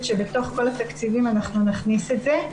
שבתוך כל התקציבים אנחנו נכניס את זה.